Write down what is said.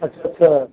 अच्छा छा